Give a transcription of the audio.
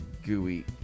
Gooey